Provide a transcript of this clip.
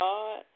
God